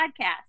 Podcast